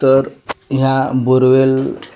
तर ह्या बोरवेल